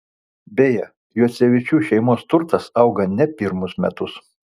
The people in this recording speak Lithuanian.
beje juocevičių šeimos turtas auga ne pirmus metus